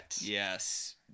Yes